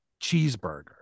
cheeseburger